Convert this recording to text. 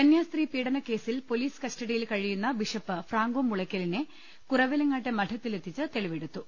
കന്യാസ്ത്രീ പീഡനക്കേസിൽ പൊലീസ് കസ്റ്റഡിയിൽ കഴിയുന്ന ബിഷപ്പ് ഫ്രാ ങ്കോ മുളയ്ക്കലിനെ കുറവിലങ്ങാട്ടെ മഠത്തിലെത്തിച്ച് തെളിവെടുത്തു